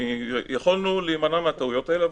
יכולנו להימנע מהטעויות האלה.